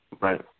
Right